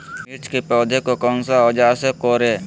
मिर्च की पौधे को कौन सा औजार से कोरे?